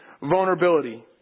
vulnerability